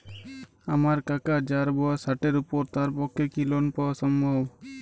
আমার কাকা যাঁর বয়স ষাটের উপর তাঁর পক্ষে কি লোন পাওয়া সম্ভব?